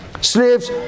Slaves